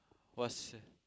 !wahseh!